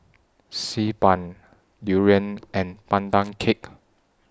Xi Ban Durian and Pandan Cake